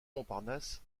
montparnasse